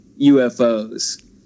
UFOs